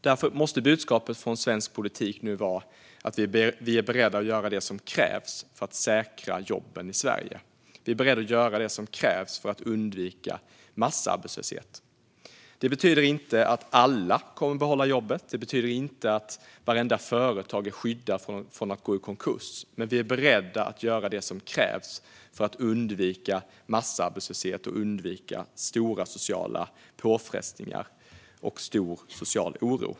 Därför måste budskapet från svensk politik nu vara att vi är beredda att göra det som krävs för att säkra jobben i Sverige och att vi är beredda att göra det som krävs för att undvika massarbetslöshet. Det betyder inte att alla kommer att behålla jobbet. Det betyder inte att vartenda företag är skyddat från att gå i konkurs. Men vi är beredda att göra det som krävs för att undvika massarbetslöshet, stora sociala påfrestningar och stor social oro.